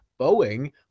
Boeing